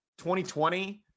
2020